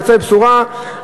יוצאת בשורה,